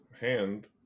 hand